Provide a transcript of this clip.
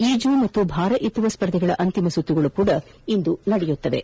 ಈಜು ಮತ್ತು ಬಾರ ಎತ್ತುವ ಸ್ಪರ್ಧೆಗಳ ಅಂತಿಮ ಸುತ್ತುಗಳು ಸಹ ಇಂದೇ ನಡೆಯಲಿವೆ